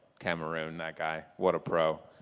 cameroon, that guy. what a pro.